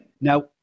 now